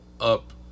up